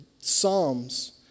Psalms